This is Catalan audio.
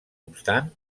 obstant